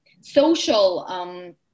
social